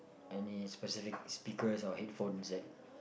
any specific speakers or headphones that